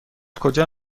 کجا